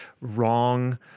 wrong